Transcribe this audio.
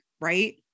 right